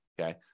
okay